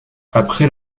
après